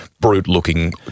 brute-looking